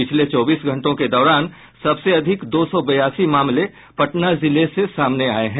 पिछले चौबीस घंटे के दौरान सबसे अधिक दो सौ बयासी मामले पटना जिले से सामने आये हैं